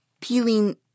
peeling